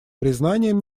признанием